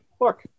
Look